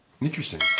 Interesting